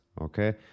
Okay